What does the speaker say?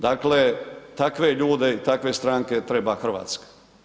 Dakle, takve ljude i takve stranke treba Hrvatska.